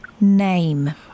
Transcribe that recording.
name